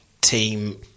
team